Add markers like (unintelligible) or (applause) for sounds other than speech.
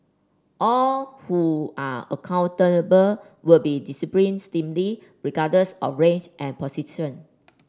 all who are accountable will be disciplined steam Lee regardless of range and (unintelligible)